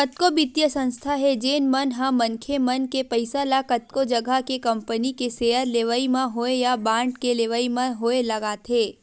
कतको बित्तीय संस्था हे जेन मन ह मनखे मन के पइसा ल कतको जघा के कंपनी के सेयर लेवई म होय या बांड के लेवई म होय लगाथे